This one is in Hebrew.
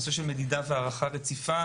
נושא מדידה והערכה רציפה.